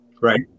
right